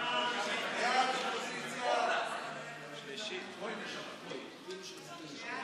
חוק מענק הסתגלות מיוחד לבני 67 ומעלה (הוראת שעה,